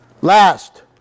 Last